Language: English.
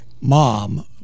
mom